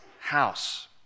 house